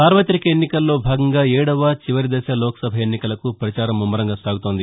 సార్వతిక ఎన్నికల్లో భాగంగా ఏడవ చివరి దశ లోక్సభ ఎన్నికలకు ప్రచారం ముమ్మరంగా సాగుతోంది